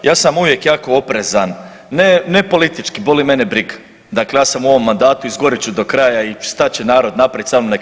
Ja sam uvijek jako oprezan, ne politički, boli mene briga, dakle ja sam u ovom mandatu, izgorit ću do kraja i stat će narod naprijed samo nek